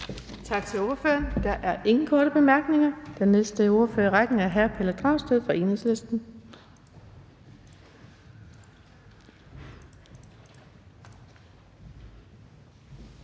Tak til ordføreren. Der er ingen korte bemærkninger. Den næste ordfører i rækken er hr. Pelle Dragsted fra Enhedslisten.